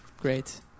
Great